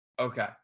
Okay